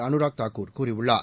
அனுராக் தாக்கூர் கூறியுள்ளார்